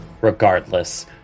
regardless